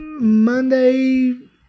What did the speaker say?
Monday